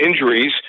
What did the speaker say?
injuries